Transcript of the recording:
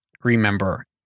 remember